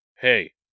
hey